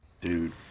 dude